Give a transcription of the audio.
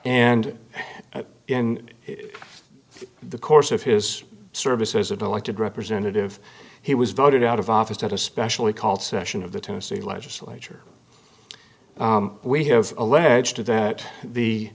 and in the course of his service as of elected representative he was voted out of office not especially called session of the tennessee legislature we have alleged that the